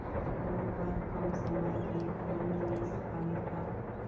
मोर बर कम समय के कोई निवेश हावे का?